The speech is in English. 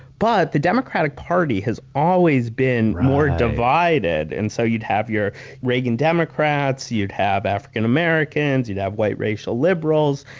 but the democratic party has always been more divided, and so you'd have your reagan democrats. you'd have african-americans. you'd have white racial liberals.